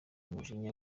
umujinya